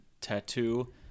tattoo